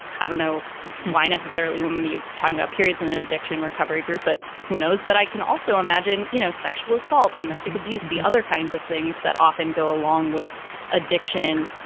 i don't know why necessarily when you're talking about periods in and addiction recovery group, but who knows? but i can also imagine, you know, sexual assault domestic abuse, the other kinds of things that often go along with addiction.